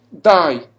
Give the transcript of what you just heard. die